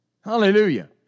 Hallelujah